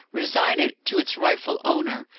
resign it to its rightful owner.